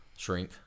shrink